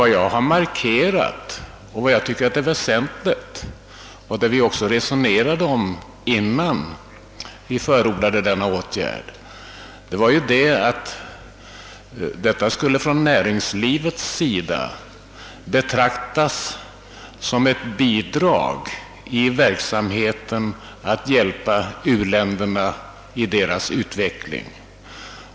Vad jag har markerat och tycker är väsentligt — detta resonerade vi också om innan vi förordade denna åtgärd — är att garantierna av näringslivet skall betraktas som ett bidrag för att hjälpa u-länderna i deras utveckling.